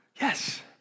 Yes